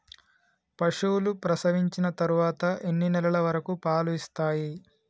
పశువులు ప్రసవించిన తర్వాత ఎన్ని నెలల వరకు పాలు ఇస్తాయి?